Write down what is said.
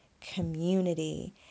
community